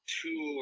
two